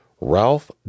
Ralph